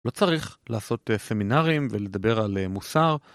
לא צריך לעשות סמינרים ולדבר על מוסר,